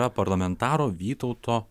parlamentaro vytauto